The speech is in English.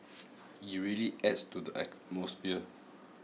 it really adds to the atmosphere